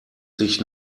sich